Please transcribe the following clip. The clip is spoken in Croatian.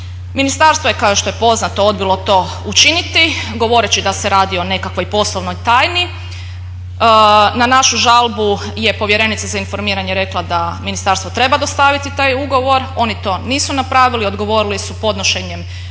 Ministarstvo je kao što je poznato odbilo to učiniti govoreći da se radi o nekakvoj poslovnoj tajni. Na našu žalbu je povjerenica za informiranje rekla da ministarstvo treba dostaviti taj ugovor, oni to nisu napravili, odgovorili su podnošenjem